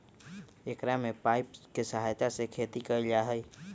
एकरा में पाइप के सहायता से खेती कइल जाहई